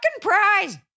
prize